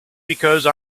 because